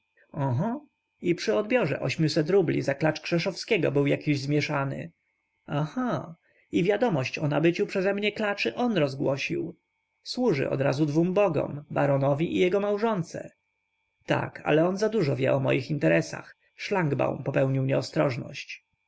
oho i przy odbiorze ośmiuset rubli za klacz krzeszowskiego był jakiś zmięszany aha i wiadomość o nabyciu przeze mnie klaczy on rozgłosił służy odrazu dwom bogom baronowi i jego małżonce tak ale on zadużo wie o moich interesach szlangbaum popełnił nieostrożność